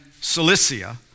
Cilicia